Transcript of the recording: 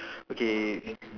okay